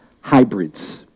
hybrids